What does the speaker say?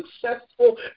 successful